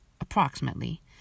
approximately